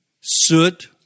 Soot